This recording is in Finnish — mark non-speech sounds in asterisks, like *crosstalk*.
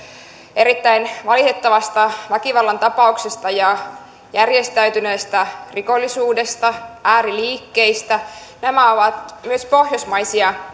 erittäin valitettavasta väkivallantapauksesta ja järjestäytyneestä rikollisuudesta ääriliikkeistä nämä ovat myös pohjoismaisia *unintelligible*